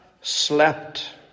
slept